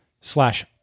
slash